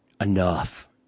enough